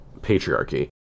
patriarchy